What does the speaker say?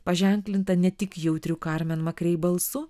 paženklinta ne tik jautrių karmen makrei balsu